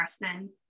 person